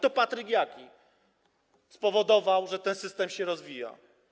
To Patryk Jaki spowodował, że ten system się rozwija.